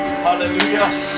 Hallelujah